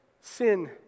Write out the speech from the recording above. sin